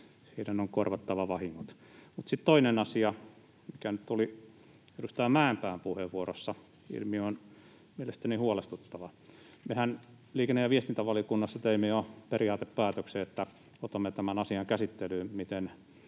heidän on korvattava vahingot. Mutta sitten toinen asia, mikä nyt tuli edustaja Mäenpään puheenvuorossa ilmi, on mielestäni huolestuttava. Mehän liikenne- ja viestintävaliokunnassa teimme jo periaatepäätöksen, että otamme tämän asian käsittelyyn, miten